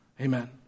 Amen